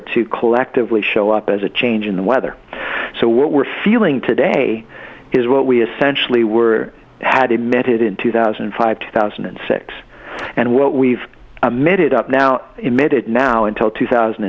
it to collectively show up as a change in the weather so what we're feeling today is what we essentially were had emitted in two thousand and five two thousand and six and what we've made it up now emitted now until two thousand